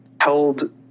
held